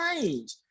change